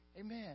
Amen